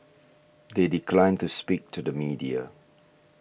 they declined to speak to the media